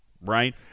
right